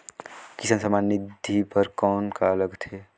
किसान सम्मान निधि बर कौन का लगथे?